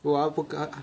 如果他不跟